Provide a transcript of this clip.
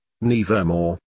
nevermore